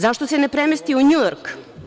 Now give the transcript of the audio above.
Zašto se ne premesti u NJujork?